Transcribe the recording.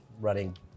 Running